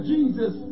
Jesus